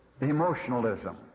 emotionalism